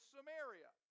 Samaria